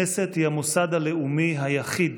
הכנסת היא המוסד הלאומי היחיד